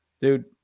dude